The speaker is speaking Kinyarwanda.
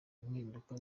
impinduka